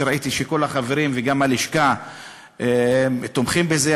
כשראיתי שכל החברים וגם הלשכה תומכים בזה,